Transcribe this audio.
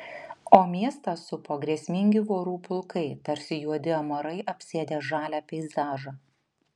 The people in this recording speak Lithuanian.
o miestą supo grėsmingi vorų pulkai tarsi juodi amarai apsėdę žalią peizažą